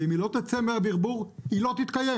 ואם היא לא תצא מהברבור היא לא תתקיים